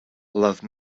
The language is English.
love